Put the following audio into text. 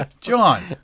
John